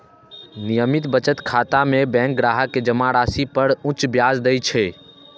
नियमित बचत खाता मे बैंक ग्राहक कें जमा राशि पर उच्च ब्याज दै छै